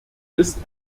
ist